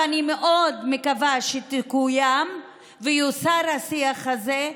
ואני מאוד מקווה שתקוים ויוסר השיח הזה,